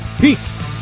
Peace